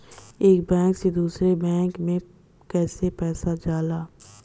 एक बैंक से दूसरे बैंक में कैसे पैसा जाला?